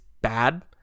bad